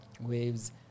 waves